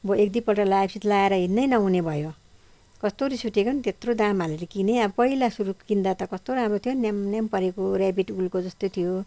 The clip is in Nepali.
अब एक दुईपल्ट लगाए पछि लगाएर हिँड्नै नहुने भयो कस्तो रिस उठेको नि त्यत्रो दाम हालेर किनेँ अब पहिला सुरु किन्दा त कस्तो राम्रो थियो न्याम न्याम परेको ऱ्याबिट उलको जस्तै थियो